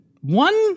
one